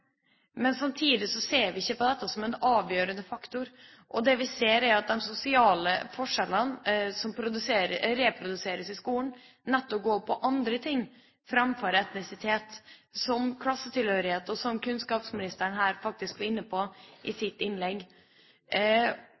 ikke på dette som en avgjørende faktor. Det vi ser, er at de sosiale forskjellene som reproduseres i skolen, nettopp går på andre ting enn etnisitet – som klassetilhørighet, og som kunnskapsministeren var inne på i sitt innlegg.